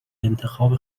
انتخاب